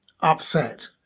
upset